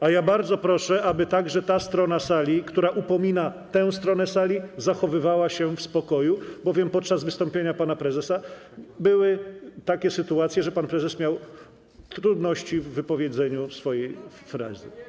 A ja bardzo proszę, aby także ta strona sali, która upomina tamtą stronę sali, zachowywała się w spokoju, bowiem podczas wystąpienia pana prezesa były takie sytuacje, że pan prezes miał trudności w wypowiedzeniu swojej frazy.